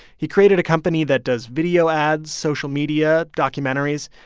he created a company that does video ads, social media, documentaries.